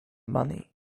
money